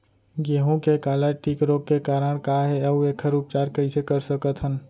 गेहूँ के काला टिक रोग के कारण का हे अऊ एखर उपचार कइसे कर सकत हन?